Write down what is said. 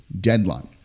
deadline